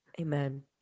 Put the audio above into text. Amen